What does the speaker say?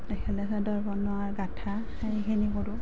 মেখেলা চাদৰ বনোৱা গাঠা সেইখিনি কৰোঁ